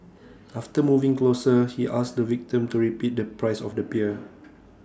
after moving closer he asked the victim to repeat the price of the beer